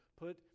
put